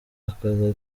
akazi